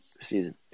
season